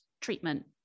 treatment